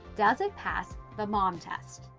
does it pass the mom test?